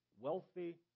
wealthy